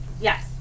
Yes